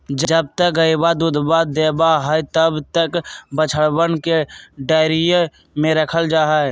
जब तक गयवा दूधवा देवा हई तब तक बछड़वन के डेयरी में रखल जाहई